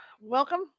welcome